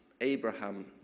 Abraham